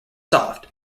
soft